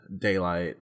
daylight